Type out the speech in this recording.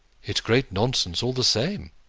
it's great nonsense, all the same,